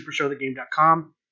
supershowthegame.com